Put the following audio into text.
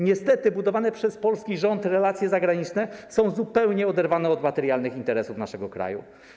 Niestety budowane przez polski rząd relacje zagraniczne są zupełnie oderwane od materialnych interesów naszego kraju.